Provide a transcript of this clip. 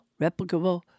Replicable